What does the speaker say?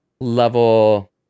Level